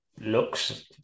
looks